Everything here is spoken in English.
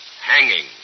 Hanging